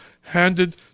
handed